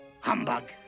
Humbug